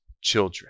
children